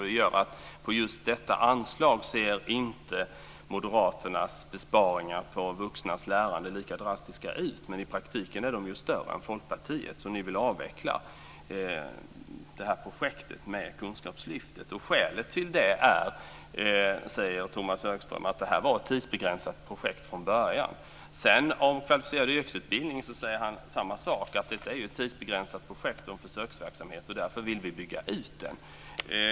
Det gör att moderaternas besparingar på vuxnas lärande inte ser lika drastiska ut, men i praktiken är de ju större än Folkpartiets. Ni vill avveckla projektet med kunskapslyftet. Skälet till detta är, säger Tomas Högström, att det var ett tidsbegränsat projekt från början. När det gäller den kvalificerade yrkesutbildningen säger han samma sak, att denna är ett tidsbegränsat projekt och en försöksverksamhet och att man därför vill bygga ut den.